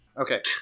Okay